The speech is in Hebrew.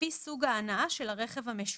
לפי סוג ההנעה של הרכב המשווק".